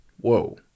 whoa